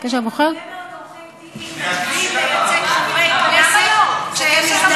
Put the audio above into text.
הרבה מאוד עורכי-דין מתנדבים לייצג חברי כנסת כשהם מזדהים עם,